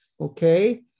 Okay